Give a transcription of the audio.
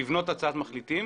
לבנות הצעת מחליטים.